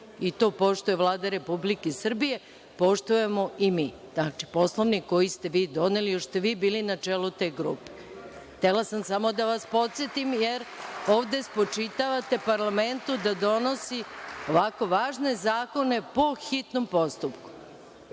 To poštuje Vlada Republike Srbije, poštujemo i mi. Znači, Poslovnik koji ste vi doneli još ste vi bili na čelu te grupe. Htela sam samo da vas podsetim, jer ovde spočitavate parlamentu da donosi ovako važne zakone po hitnom postupku.